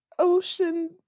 Ocean